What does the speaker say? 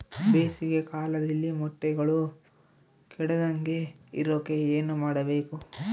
ಬೇಸಿಗೆ ಕಾಲದಲ್ಲಿ ಮೊಟ್ಟೆಗಳು ಕೆಡದಂಗೆ ಇರೋಕೆ ಏನು ಮಾಡಬೇಕು?